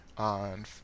On